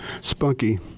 spunky